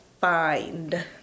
find